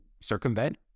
circumvent